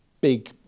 big